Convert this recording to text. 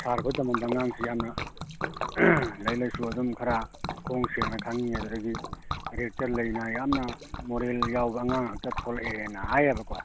ꯁꯥꯔ ꯈꯣꯏ ꯇꯝꯃꯝꯕ ꯑꯉꯥꯡꯁꯤ ꯌꯥꯝꯅ ꯂꯥꯏꯔꯤꯛ ꯂꯥꯏꯁꯨ ꯑꯗꯨꯝ ꯈꯔ ꯃꯈꯣꯡ ꯁꯦꯡꯅ ꯈꯪꯏ ꯑꯗꯨꯗꯒꯤ ꯀꯦꯔꯦꯛꯇꯔ ꯂꯩꯅ ꯌꯥꯝꯅ ꯃꯣꯔꯦꯜ ꯌꯥꯎꯕ ꯑꯉꯥꯡ ꯉꯥꯛꯇ ꯊꯣꯛꯂꯛꯑꯦꯅ ꯍꯥꯏꯌꯦꯕꯀꯣ